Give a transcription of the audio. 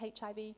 HIV